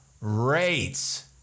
rates